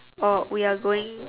or we are going